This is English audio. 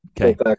okay